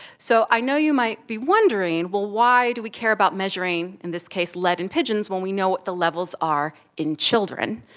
so i know you might be wondering, well, why do we care about measuring, in this case, lead in pigeons when we know what the levels are in children?